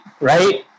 right